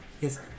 Yes